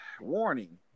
Warning